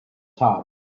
top